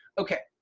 okay.